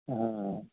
हां